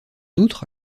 outre